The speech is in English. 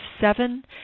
seven